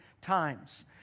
times